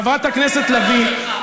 חברת הכנסת לביא,